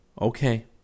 Okay